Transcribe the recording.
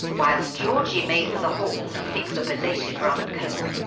whilst georgie made for the hall to fix a belated rum and coke,